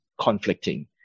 conflicting